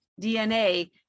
DNA